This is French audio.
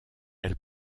elle